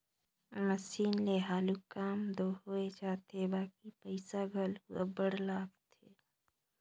machine ले हालु काम दो होए जाथे बकि पइसा घलो अब्बड़ लागथे